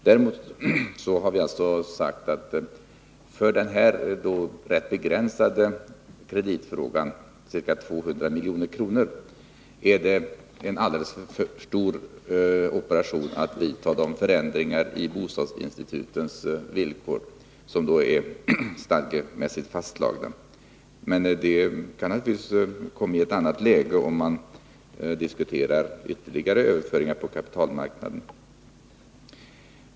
Däremot har vi sagt att för den här rätt begränsade frågan om krediter på 200 milj.kr. är det en alldeles för stor operation att vidta de förändringar som skulle behövas i bostadsinstitutens villkor, som är stadgemässigt fastslagna. Men det hela kan naturligtvis komma i ett annat läge, om vi diskuterar ytterligare överföringar på kapitalmarknaden.